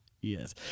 Yes